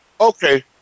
Okay